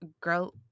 girl